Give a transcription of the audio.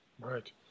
Right